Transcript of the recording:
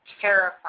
terrified